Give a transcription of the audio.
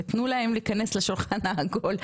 ותנו להם להיכנס לשולחן העגול.